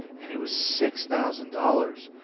and it was six thousand dollars!